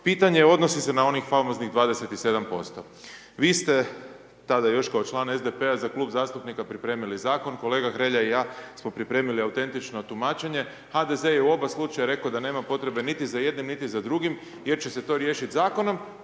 pitanje odnosi se na onih famoznih 27%. Vi ste tada još kao član SDP-a za klub zastupnika pripremili zakon, kolega Hrelja i ja smo pripremili autentično tumačenje, HDZ je u oba slučaja rekao da nema potrebe niti za jednim, niti za drugim jer će se to riješiti zakonom,